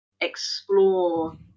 explore